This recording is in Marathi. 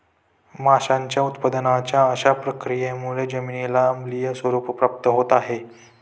माशांच्या उत्पादनाच्या अशा प्रक्रियांमुळे जमिनीला आम्लीय स्वरूप प्राप्त होत आहे